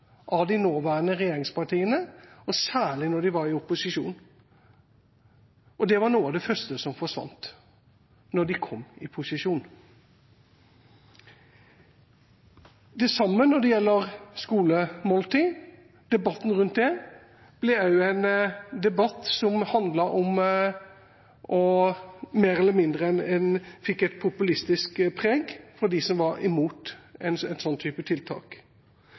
av de nåværende regjeringspartiene, særlig da de var i opposisjon – og frukt og grønt var noe av det første som forsvant da de kom i posisjon. Det samme når det gjelder skolemåltid – debatten rundt det ble også en debatt som mer eller mindre fikk et populistisk preg fra dem som var imot en sånn type tiltak.